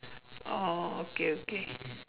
oh okay okay